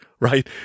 Right